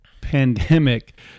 pandemic